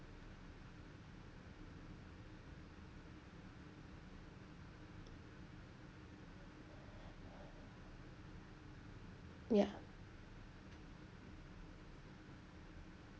ya